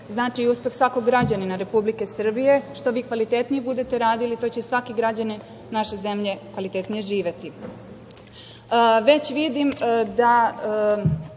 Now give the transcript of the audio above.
znači i uspeh svakog građanina Republike Srbije, što kvalitetnije vi budete radili to će svaki građanin naše zemlje i kvalitetnije živeti. Već vidim da